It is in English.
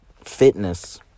fitness